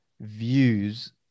views